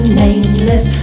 nameless